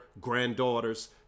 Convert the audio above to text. granddaughters